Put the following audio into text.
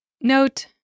Note